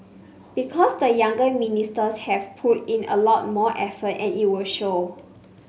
because the younger ministers have put in a lot more effort and it will show